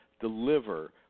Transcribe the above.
deliver